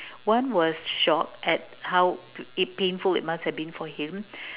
one was shock at how it painful it must have been for him